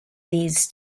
these